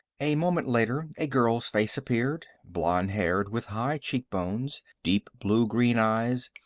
a moment later, a girl's face appeared blonde-haired, with high cheekbones, deep blue-green eyes,